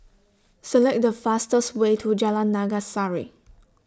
Select The fastest Way to Jalan Naga Sari